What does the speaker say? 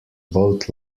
both